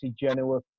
Genoa